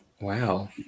wow